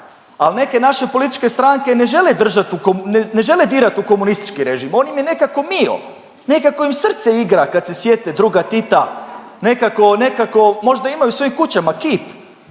Ali neke naše političke stranke ne žele držat u, ne žele dirat u komunistički režim, on im je nekako mio. Nekako im srce igra kad se sjete druga Tita, nekako, nekako. Možda imaju u svojim kućama kip